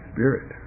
Spirit